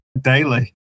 daily